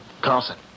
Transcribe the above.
Carlson